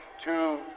two